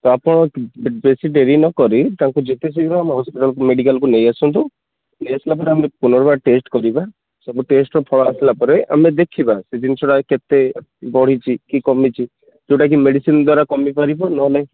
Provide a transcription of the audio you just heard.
ତ ଆପଣ ବେଶୀ ଡେରି ନକରି ତାଙ୍କୁ ଯେତେ ଶୀଘ୍ର ହସ୍ପିଟାଲକୁ ମେଡ଼ିକାଲକୁ ନେଇ ଆସନ୍ତୁ ନେଇ ଆସିଲା ପରେ ଆମେ ପୁନର୍ବାର ଟେଷ୍ଟ କରିବା ସବୁ ଟେଷ୍ଟର ଫଳ ଆସିଲା ପରେ ଆମେ ଦେଖିବା ସେଇ ଜିନିଷଗୁଡ଼ା କେତେ ବଢ଼ିଛି କି କମିଛି ଯେଉଁଟାକି ମେଡିସିନ ଦ୍ଵାରା କମିପାରିବ ନହେଲେ